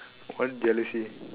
what jealousy